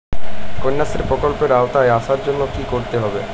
কন্যাশ্রী প্রকল্পের আওতায় আসার জন্য কী করতে হবে?